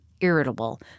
irritable